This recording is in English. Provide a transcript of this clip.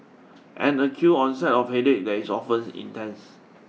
an acute onset of headache that is often intense